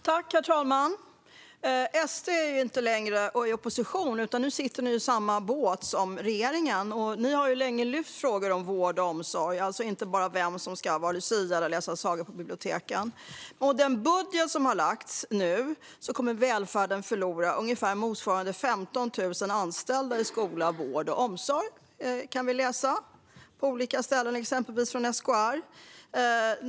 Herr talman! SD är inte längre i opposition utan sitter i samma båt som regeringen, och har länge lyft fram frågor om vård och omsorg - alltså inte bara frågor om vem som ska vara lucia eller läsa sagor på biblioteken. På den budget som lagts fram nu kommer välfärden att förlora ungefär motsvarande 15 000 anställda i skola, vård och omsorg. Det kan vi läsa på olika ställen, exempelvis hos SKR.